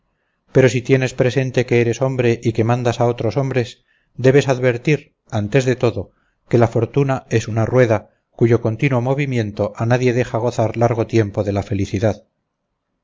pero si tienes presente que eres hombre y que mandas a otros hombres debes advertir antes de todo que la fortuna es una rueda cuyo continuo movimiento a nadie deja gozar largo tiempo de la felicidad